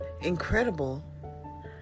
incredible